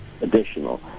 additional